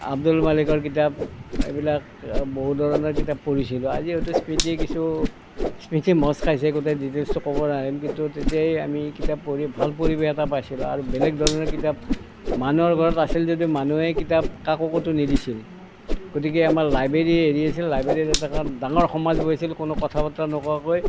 আব্দুল মালিকৰ কিতাপ এইবিলাক বহু ধৰণৰ কিতাপ পঢ়িছিলোঁ আজি হয়তো স্মৃতিয়ে কিছু স্মৃতি মচ খাইছে গোটেই ডিটেইলচটো কব নোৱাৰিম কিন্তু তেতিয়াই আমি কিতাপ পঢ়ি ভাল পৰিৱেশ এটা পাইছিলোঁ আৰু বেলেগ ধৰণৰ কিতাপ মানুহৰ ঘৰত আছিল যদিও মানুহে কিতাপ কাকো ক'তো নিদিছিল গতিকে আমাৰ লাইব্ৰেৰীয়েই হেৰি আছিল লাইব্ৰেৰীয়েই এটা কথাত ডাঙৰ সমাজ গঢ়িছিল কোনো কথা বতৰা নোকোৱাকৈ